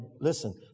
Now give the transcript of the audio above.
listen